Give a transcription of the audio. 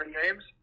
games